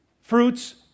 fruits